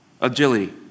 Agility